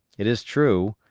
it is true,